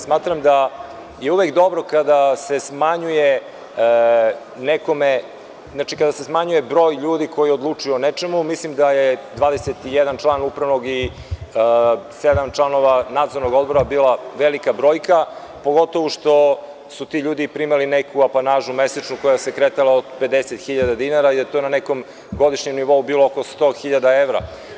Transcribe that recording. Smatram da je uvek dobro kada se smanjuje nekome, kada se smanjuje broj ljudi koji odlučuju o nečemu i mislim da je 21 član upravnog odbora, sedam članova nadzornog odbora, bila velika brojka, pogotovo što su ti ljudi primali neku apanažu mesečnu koja se kretala od 50 hiljada dinara, a to je na nekom godišnjem nivou bilo oko 100 hiljada evra.